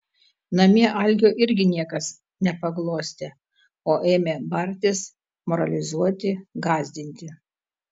namie algio irgi niekas nepaglostė o ėmė bartis moralizuoti gąsdinti